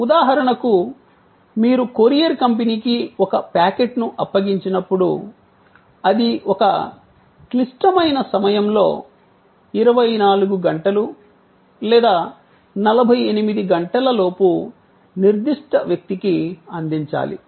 ఉదాహరణకు మీరు కొరియర్ కంపెనీకి ఒక ప్యాకెట్ను అప్పగించినప్పుడు అది ఒక క్లిష్టమైన సమయంలో 24 గంటలు లేదా 48 గంటలలోపు నిర్దిష్ట వ్యక్తికి అందించాలి